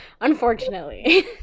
unfortunately